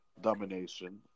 domination